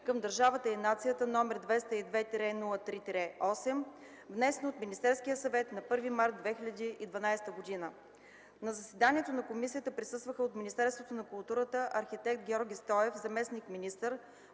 към държавата и нацията, № 202-03-8, внесен от Министерския съвет на 1 март 2012 г. На заседанието на комисията присъстваха: от Министерството на културата – арх. Георги Стоев, заместник-министър,